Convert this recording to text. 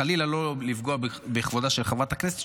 חלילה לא לפגוע בכבודה של חברת הכנסת,